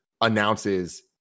announces